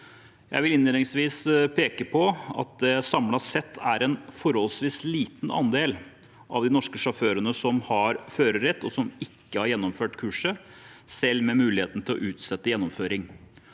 Jeg vil innledningsvis peke på at det samlet sett er en forholdvis liten andel av de norske sjåførene som har førerrett som ikke har gjennomført kurset, selv med mulighet til å utsette gjennomføring.